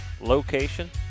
location